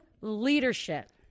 leadership